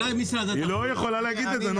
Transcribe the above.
היא לא יכולה להגיד את זה.